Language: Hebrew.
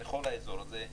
לכל האזור הזה,